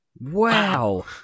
Wow